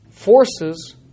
forces